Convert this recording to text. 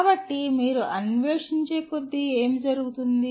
కాబట్టి మీరు అన్వేషించే కొద్దీ ఏమి జరుగుతుంది